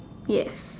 yes